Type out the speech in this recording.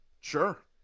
Sure